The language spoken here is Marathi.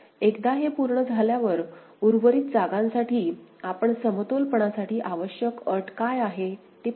एकदा हे पूर्ण झाल्यावर उर्वरित जागांसाठी आपण समतोलपणासाठी आवश्यक अट काय आहे ते पाहू